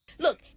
Look